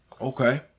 Okay